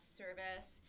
service